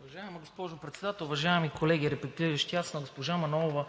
Уважаема госпожо Председател, уважаеми колеги репликиращи! На госпожа Манолова,